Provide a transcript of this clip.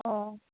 अ